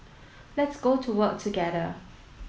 let's go to work together